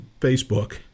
Facebook